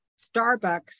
Starbucks